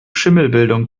schimmelbildung